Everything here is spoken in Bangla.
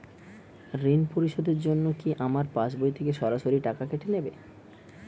ঋণ পরিশোধের জন্য কি আমার পাশবই থেকে সরাসরি টাকা কেটে নেবে?